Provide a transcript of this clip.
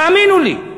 תאמינו לי.